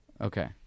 Okay